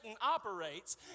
operates